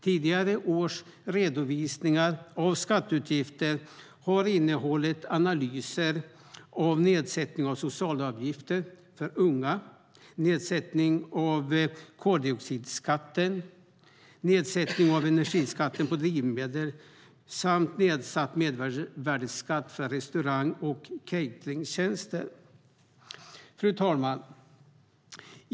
Tidigare års redovisningar av skatteutgifter har innehållit analyser av nedsättning av socialavgifter för unga, nedsättning av koldioxidskatten, nedsättning av energiskatten på drivmedel samt nedsatt mervärdesskatt på restaurang och cateringtjänster.